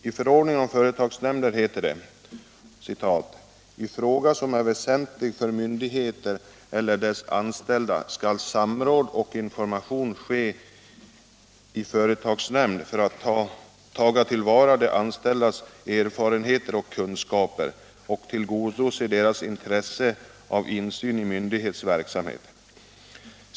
I förordningen om företagsnämnder heter det: ”I fråga som är väsentlig för myndigheten eller dess anställda skall samråd och information ske i företagsnämnd för att taga till vara de anställdas erfarenheter och kunskaper och tillgodose deras intresse av insyn i myndighets verksamhet.